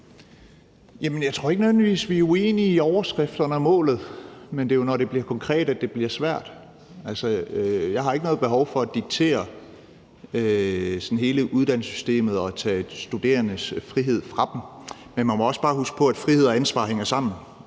Jeg tror ikke nødvendigvis, vi er uenige i overskrifterne og målet. Men det er jo, når det bliver konkret, at det bliver svært. Jeg har ikke noget behov for sådan at diktere hele uddannelsessystemet og tage de studerendes frihed fra dem, men man må også bare huske på, at frihed og ansvar hænger sammen,